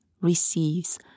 receives